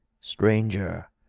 stranger,